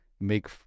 make